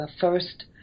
first